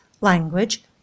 Language